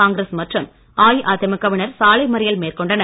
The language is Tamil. காங்கிரஸ் மற்றும் அஇஅதிமுக வினர் சாலை மறியல் மேற்கொண்டனர்